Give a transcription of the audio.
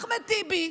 אחמד טיבי,